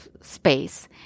space